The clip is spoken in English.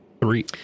Three